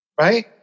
right